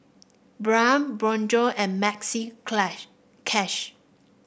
Braun Bonjour and Maxi clash Cash